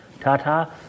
Tata